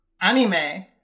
Anime